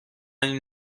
این